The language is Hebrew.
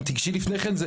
אם תסתכלי לפני כן,